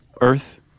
earth